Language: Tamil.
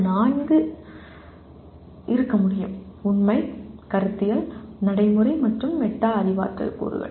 அது நான்கு இருக்க முடியும் உண்மை கருத்தியல் நடைமுறை மற்றும் மெட்டா அறிவாற்றல் கூறுகள்